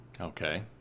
Okay